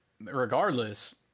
Regardless